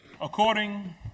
According